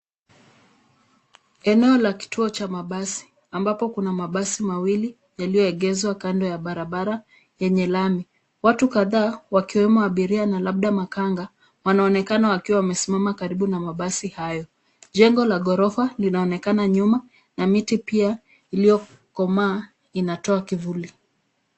Eneo la kituo cha mabasi ambapo kuna mabasi mawili yaliyoegezwa kando ya barabara yenye lami. Watu kadha wakiwemo abiria na labda makanga wanaonekana wakiwa wamesimama karibu na mabasi hayo. Jengo la ghorofa linaonekana nyuma na miti pia iliyokomaa inatoa kivuli.